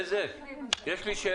אנשי בזק, יש לי שאלה.